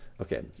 Okay